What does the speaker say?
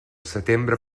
setembre